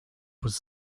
was